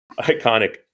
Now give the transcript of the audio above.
iconic